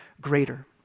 greater